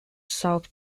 south